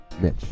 Mitch